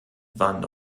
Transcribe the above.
van